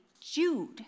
Jude